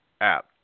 app